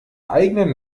eigenen